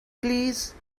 please